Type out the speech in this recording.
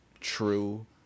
true